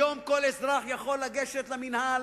היום כל אזרח יכול לגשת למינהל,